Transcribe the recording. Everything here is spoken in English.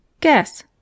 Guess